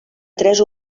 tres